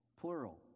plural